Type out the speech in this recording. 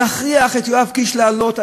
להכריח את יואב קיש לעלות,